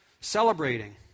celebrating